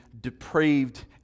depraved